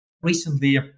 Recently